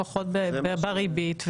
לפחות בריבית,